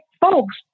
folks